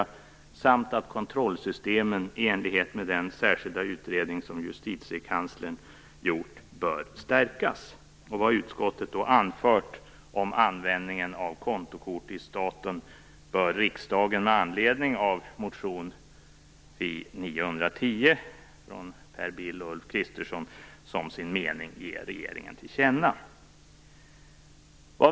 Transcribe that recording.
De innebär dessutom att kontrollsystemen, i enlighet med den särskilda utredning som Justitiekanslern gjort, bör stärkas. Vad utskottet anfört om användningen av kontokort i staten bör riksdagen med anledning av motion Fi910 av Per Bill och Ulf Kristersson som sin mening ge regeringen till känna.